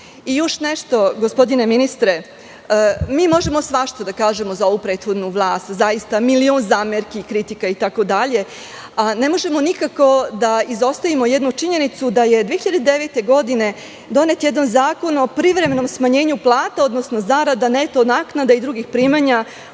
nešto, gospodine ministre. Možemo svašta da kažemo za ovu prethodnu vlast. Zaista ima milion zamerki i kritika, ali ne možemo nikako da izostavimo jednu činjenicu da je 2009. godine donet jedan zakon o privremenom smanjenju plata, odnosno zarada, neto naknada i drugih primanja